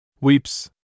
Weeps